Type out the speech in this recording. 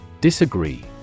Disagree